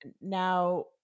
now